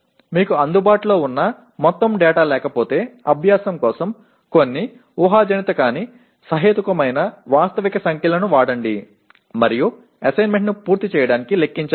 మీకు అందుబాటులో ఉన్న మొత్తం డేటా లేకపోతే అభ్యాసం కోసం కొన్ని ఊహాజనిత కానీ సహేతుకమైన వాస్తవిక సంఖ్యలను వాడండి మరియు అసైన్మెంట్ను పూర్తి చేయడానికి లెక్కించండి